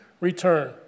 return